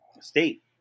state